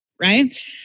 right